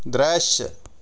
दृश्य